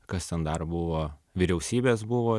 kas ten dar buvo vyriausybės buvo